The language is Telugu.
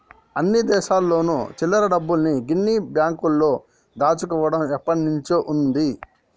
అన్ని దేశాల్లోను చిల్లర డబ్బుల్ని పిగ్గీ బ్యాంకులో దాచుకోవడం ఎప్పటినుంచో ఉంది